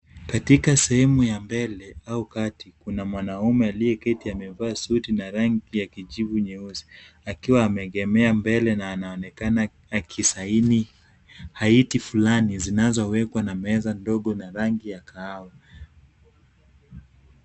Katika sehemu ya mbele au kati, kuna mwanaume aliyeketi amevaa suti ya rangi ya kijivu nyeusi akiwa ameegemea mbele na anaonekana akisaini haiti fulani zinazowekwa na meza ndogo ya rangi ya kahawa.